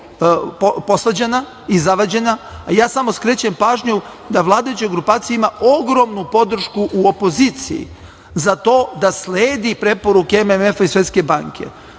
posvađana i zavađena. Ja samo skrećem pažnju da vladajuća grupacija ima ogromnu podršku u opoziciji za to da sledi preporuke MMF-a i Svetske banke.